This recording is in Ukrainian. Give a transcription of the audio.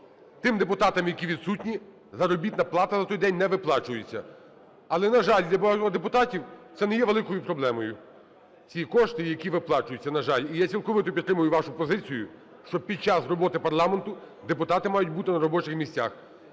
тим депутатам, які відсутні, заробітна плата на той день не виплачується. Але, на жаль, для багатьох депутатів це не є великою проблемою, ці кошти, які виплачуються. На жаль. І я цілковито підтримую вашу позицію, що під час роботу парламенту депутати мають бути на робочих місцях.